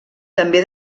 també